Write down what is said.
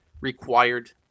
required